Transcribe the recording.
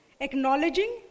acknowledging